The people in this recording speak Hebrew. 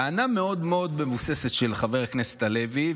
טענה מאוד מאוד מבוססת של חבר הכנסת הלוי,